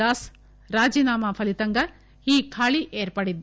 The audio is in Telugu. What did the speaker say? దాస్ రాజీనామా ఫలితంగా ఈ ఖాళీ ఏర్పడింది